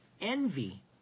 envy